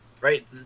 Right